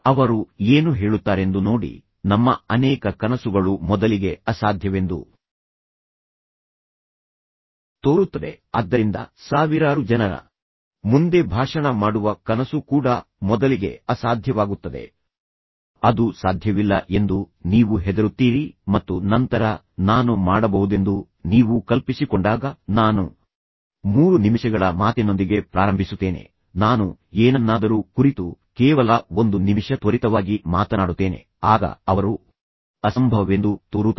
ಅವರು ಏನು ಹೇಳುತ್ತಾರೆಂದು ನೋಡಿ ನಮ್ಮ ಅನೇಕ ಕನಸುಗಳು ಮೊದಲಿಗೆ ಅಸಾಧ್ಯವೆಂದು ತೋರುತ್ತದೆ ಆದ್ದರಿಂದ ಸಾವಿರಾರು ಜನರ ಮುಂದೆ ಭಾಷಣ ಮಾಡುವ ಕನಸು ಕೂಡ ಮೊದಲಿಗೆ ಅಸಾಧ್ಯವಾಗುತ್ತದೆ ಅದು ಸಾಧ್ಯವಿಲ್ಲ ಎಂದು ನೀವು ಹೆದರುತ್ತೀರಿ ಮತ್ತು ನಂತರ ನಾನು ಮಾಡಬಹುದೆಂದು ನೀವು ಕಲ್ಪಿಸಿಕೊಂಡಾಗ ನಾನು ಮೂರು ನಿಮಿಷಗಳ ಮಾತಿನೊಂದಿಗೆ ಪ್ರಾರಂಭಿಸುತ್ತೇನೆ ನಾನು ಏನನ್ನಾದರೂ ಕುರಿತು ಕೇವಲ ಒಂದು ನಿಮಿಷ ತ್ವರಿತವಾಗಿ ಮಾತನಾಡುತ್ತೇನೆ ಆಗ ಅವರು ಅಸಂಭವವೆಂದು ತೋರುತ್ತದೆ